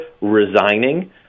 resigning